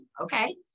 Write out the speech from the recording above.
Okay